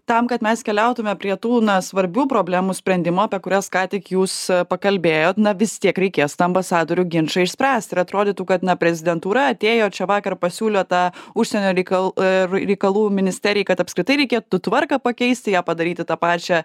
tam kad mes keliautume prie tų na svarbių problemų sprendimo apie kurias ką tik jūs pakalbėjot na vis tiek reikės tą ambasadorių ginčą išspręst ir atrodytų kad na prezidentūra atėjo čia vakar pasiūlė tą užsienio reikal reikalų ministerijai kad apskritai reikėtų tvarką pakeisti ją padaryti tą pačią